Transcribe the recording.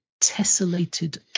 tessellated